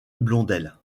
blondel